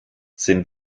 sind